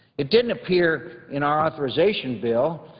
it didn't appear in our authorization bill.